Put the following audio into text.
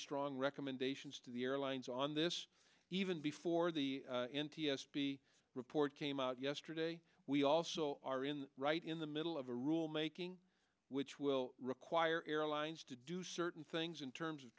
strong recommendations to the airlines on this even before the n t s b report came out yesterday we also are in the right in the middle of a rule making which will require airlines to do certain things in terms of